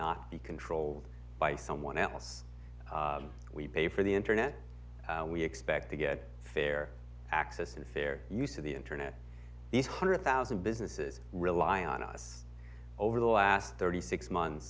not be controlled by someone else we pay for the internet we expect to get a fair access and fair use of the internet the hundred thousand businesses rely on us over the last thirty six months